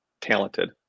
talented